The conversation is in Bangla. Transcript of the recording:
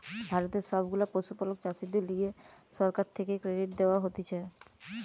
ভারতের সব গুলা পশুপালক চাষীদের লিগে সরকার থেকে ক্রেডিট দেওয়া হতিছে